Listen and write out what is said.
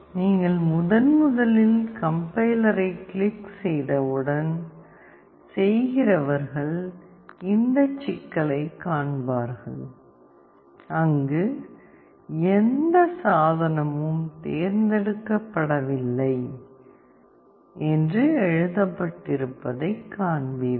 நீங்கள் முதன்முதலில் கம்பைலரைக் கிளிக் செய்தவுடன் செய்கிறவர்கள் இந்தச் சிக்கலைக் காண்பார்கள் அங்கு எந்த சாதனமும் தேர்ந்தெடுக்கப்படவில்லை என்று எழுதப்பட்டிருப்பதைக் காண்பீர்கள்